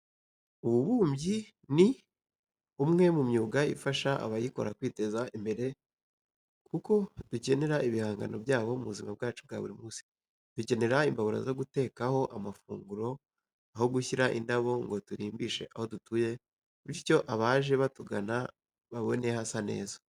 Ububumbyi ni umwe mu myuga ifasha abayikora kwiteza imbere kuko dukenera ibihangano byabo mu buzima bwacu bwa buri munsi. Dukenera imbabura zo gutekaho amafunguro, aho gushyira indabo ngo turimbishe aho dutuye bityo abaje batugana babone hasa neza.